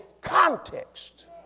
context